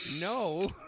No